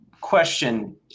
question